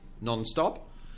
non-stop